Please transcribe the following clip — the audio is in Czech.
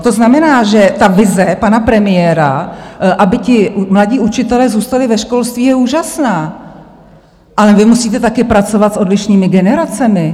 To znamená, že vize pana premiéra, aby mladí učitelé zůstali ve školství, je úžasná, ale vy musíte taky pracovat s odlišnými generacemi.